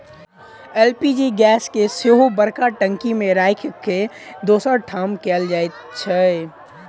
LPG gas के सेहो बड़का टंकी मे राखि के दोसर ठाम कयल जाइत छै